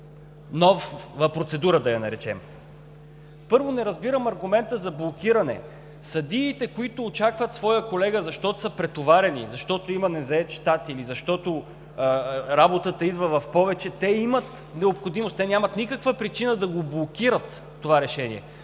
тази процедура да я наречем? Първо, не разбирам аргумента за блокиране. Съдиите, които очакват своя колега, защото са претоварени, защото има незает щат или защото работата идва в повече – те имат необходимост. Те нямат никаква причина да блокират това решение.